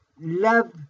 love